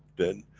then,